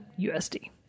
USD